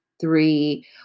three